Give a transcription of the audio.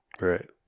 Right